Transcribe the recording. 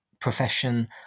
profession